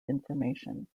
information